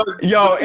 yo